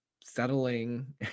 settling